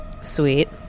Sweet